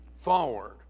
forward